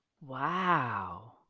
Wow